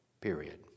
period